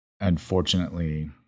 unfortunately